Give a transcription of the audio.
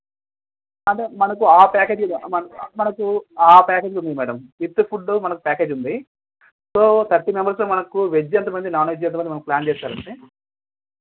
మన మనకు ఆ ప్యాకేజ్ మనకు ఆ ప్యాకేజ్ ఉంది మేడం విత్ ఫుడ్ మనకు ప్యాకేజీ ఉంది సో మనకు ప్యాకేజ్ ఉంది సో థర్టీ మెంబర్స్ మనకు వెజ్ ఎంతమంది నాన్ వెజ్ ఎంతమంది అని ప్లాన్ చేశారంటే